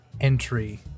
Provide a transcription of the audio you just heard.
entry